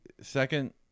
second